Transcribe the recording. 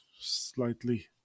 slightly